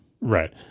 Right